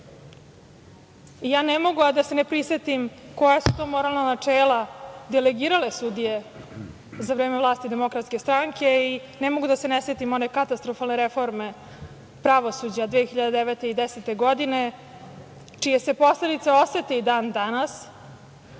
ne mogu, a da se ne prisetim koja su to moralna načela delegirale sudije za vreme vlasti Demokratske stranke i ne mogu da se ne setim one katastrofalne reforme pravosuđa 2009. i 2010. godine čije se posledice osete i dan danas,